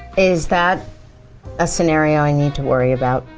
is that a scenario i need to worry about?